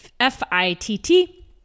F-I-T-T